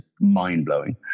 mind-blowing